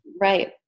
Right